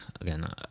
again